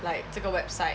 like 这个 website